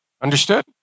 Understood